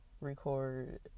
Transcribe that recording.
record